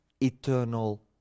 eternal